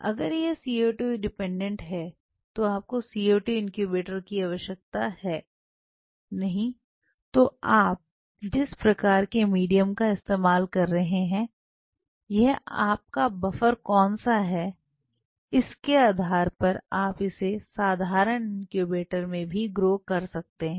अगर यह CO2 dependent है तो आपको CO2 इनक्यूबेटर की आवश्यकता है नहीं तो आप जिस प्रकार के मीडियम का इस्तेमाल कर रहे हैं या आपका बफर कौन सा है उसके आधार पर आप इसे साधारण इंक्यूबेटर में भी ग्रो कर सकते हैं